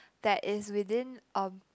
that is within um